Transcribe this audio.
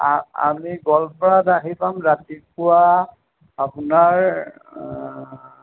আ আমি গোৱালপাৰাত আহি পাম ৰাতিপুৱা আপোনাৰ